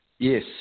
Yes